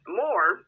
more